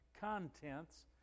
contents